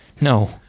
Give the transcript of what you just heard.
no